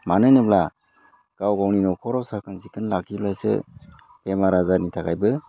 मानो होनोब्ला गाव गावनि न'खराव साखोन सिखोन लाखिब्लासो बेमार आजारनि थाखायबो